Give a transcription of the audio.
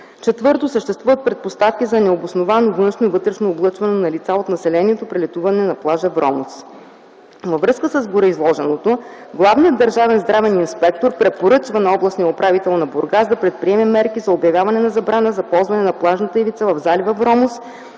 четвърто, съществуват предпоставки за необосновано външно и вътрешно облъчване на лица от населението при летуване на плажа Вромос. Във връзка с гореизложеното главният държавен здравен инспектор препоръчва на областния управител на Бургас да предприеме мерки за обявяване на забрана за ползване на плажната ивица в залива Вромос